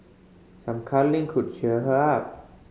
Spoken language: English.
some cuddling could cheer her up